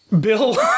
Bill